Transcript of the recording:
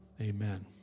Amen